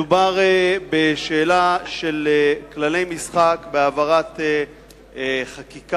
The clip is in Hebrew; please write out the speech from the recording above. מדובר בשאלה של כללי משחק בהעברת חקיקה.